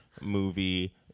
movie